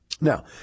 Now